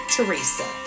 Teresa